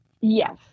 Yes